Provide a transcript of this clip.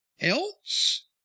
else